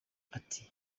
ati